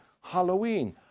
Halloween